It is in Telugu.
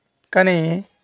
కానీ